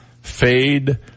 Fade